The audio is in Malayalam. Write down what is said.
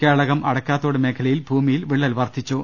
കേളകം അടക്കാത്തോട് മേഖലയിൽ ഭൂമി യിൽ വിള്ളൽ വർധിച്ചു